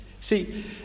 See